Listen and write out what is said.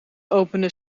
opende